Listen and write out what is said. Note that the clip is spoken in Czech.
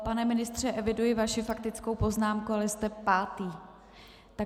Pane ministře, eviduji vaši faktickou poznámku, ale jste pátý.